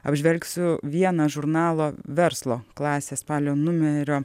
apžvelgsiu vieną žurnalo verslo klasė spalio numerio